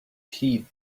heed